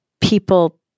people